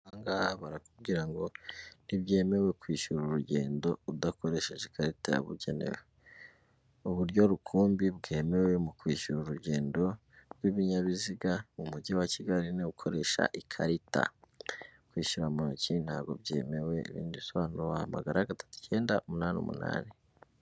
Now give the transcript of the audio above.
Aha ngaha barakubwira ngo ntibyemewe kwishyura urugendo udakoresheje ikarita yabugenewe. Uburyo rukumbi bwemewe mu kwishyura urugendo rw'ibinyabiziga mu mujyi wa Kigali ni ugukoresha ikarita. Kwishyura mutoki ntabwo byemewe, ibindi bisobanuro wahamagara gatatu, icyenda, umunani, umunani.